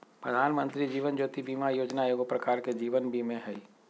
प्रधानमंत्री जीवन ज्योति बीमा जोजना एगो प्रकार के जीवन बीमें हइ